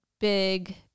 big